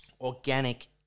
organic